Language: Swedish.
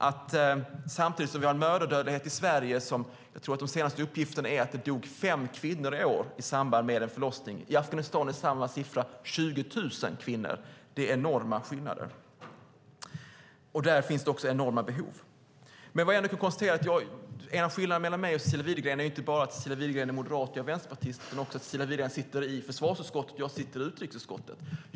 Jag tror att de senaste uppgifterna när det gäller Sveriges mödradödlighet är att det i år dog 5 kvinnor i samband med en förlossning. I Afghanistan är samma siffra 20 000 kvinnor. Det är enorma skillnader, och där finns det också enorma behov. Vad jag nu kan konstatera är dock att skillnaden mellan mig och Cecilia Widegren inte bara är att Cecilia Widegren är moderat och jag vänsterpartist utan också att Cecilia Widegren sitter i försvarsutskottet medan jag sitter i utrikesutskottet.